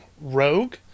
rogue